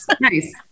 Nice